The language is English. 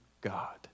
God